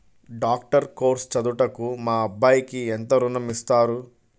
Doctor course చదువుటకు మా అబ్బాయికి ఎంత ఋణం ఇస్తారు?